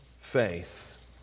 faith